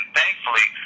thankfully